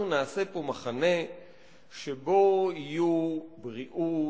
אנחנו נעשה פה מחנה שבו יהיו בריאות,